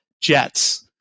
jets